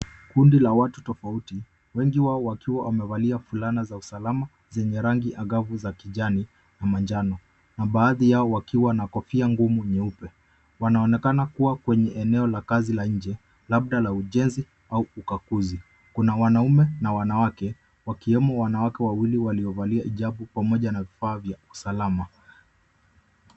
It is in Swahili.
Kundi la watu tofauti, wengi wao wakiwa wamevalia fulana za usalama zenye rangi angavu za kijani na manjano, na baadhi yao wakiwa na kofia ngumu nyeupe. Wanaonekana kuwa kwenye eneo la kazi la nje labda la ujenzi au ukaguzi. Kuna wanaume na wanawake wakiwemo wanawake wawili waliovalia hijabu pamoja na vifaa vya usalama.